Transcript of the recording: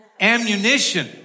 ammunition